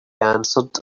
answered